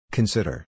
Consider